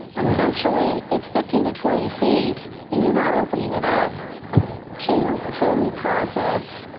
essentially it's fifteen to twenty feet and you're not opening it up to a whole new process.